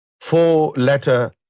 four-letter